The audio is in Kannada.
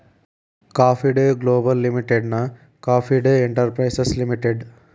ಕಾಫಿ ಡೇ ಗ್ಲೋಬಲ್ ಲಿಮಿಟೆಡ್ನ ಕಾಫಿ ಡೇ ಎಂಟರ್ಪ್ರೈಸಸ್ ಲಿಮಿಟೆಡ್